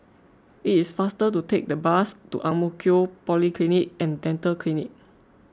it is faster to take the bus to Ang Mo Kio Polyclinic and Dental Clinic